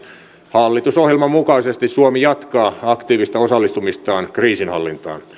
hallitusohjelman mukaisesti suomi jatkaa aktiivista osallistumistaan kriisinhallintaan